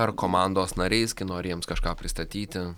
ar komandos nariais kai nori jiems kažką pristatyti